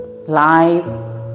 Life